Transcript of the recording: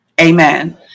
amen